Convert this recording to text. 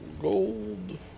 gold